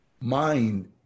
mind